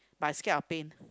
but I scared of pain